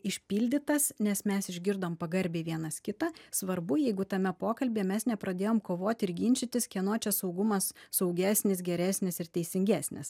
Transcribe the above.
išpildytas nes mes išgirdom pagarbiai vienas kitą svarbu jeigu tame pokalbyje mes nepradėjom kovot ir ginčytis kieno čia saugumas saugesnis geresnis ir teisingesnis